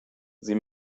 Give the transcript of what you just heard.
sie